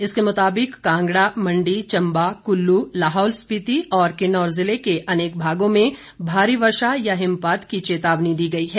इसके मुताबिक कांगड़ा मंडी चम्बा कुल्लू लाहौल स्पीति और किन्नौर जिले के अनेक भागों में भारी वर्षा या हिमपात की चेतावनी दी गई है